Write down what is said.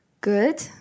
Good